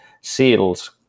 seals